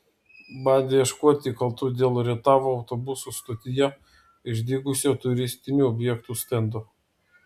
bandė ieškoti kaltų dėl rietavo autobusų stotyje išdygusio turistinių objektų stendo